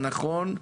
הנכון,